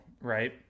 right